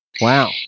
Wow